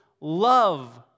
love